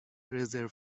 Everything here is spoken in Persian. رزرو